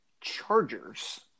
Chargers